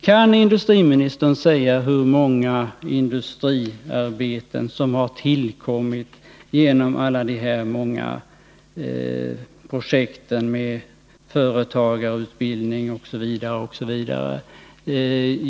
Kan industriministern säga hur många industriarbeten som har tillkommit genom de projekt — med företagarutbildning osv. — som har startats?